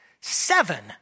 Seven